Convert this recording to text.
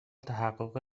تحقق